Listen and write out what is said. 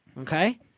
Okay